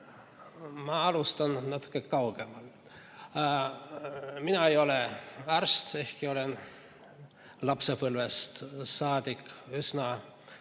Ma alustan natuke kaugemalt. Mina ei ole arst, ehkki olen lapsepõlvest saadik püüdnud